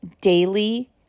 daily